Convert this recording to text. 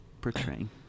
portraying